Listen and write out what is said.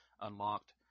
unlocked